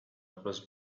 was